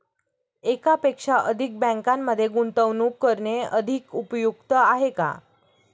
एकापेक्षा अधिक बँकांमध्ये गुंतवणूक करणे अधिक उपयुक्त आहे का?